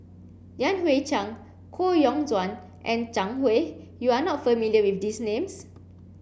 Yan Hui Chang Koh Yong Guan and Zhang Hui you are not familiar with these names